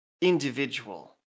individual